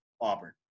Auburn